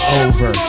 over